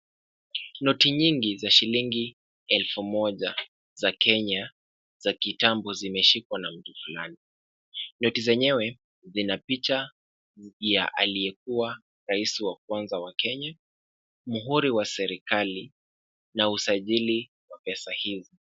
Noti nyingi za shilingi elfu moja za Kenya za kitambo, zimeshikwa na mkono wa mtu fulani. Noti zenyewe zina picha ya aliyekuwa rais wa kwanza wa Kenya, mhuri wa serikali na usajili wa pesa hii.